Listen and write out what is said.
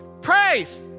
Praise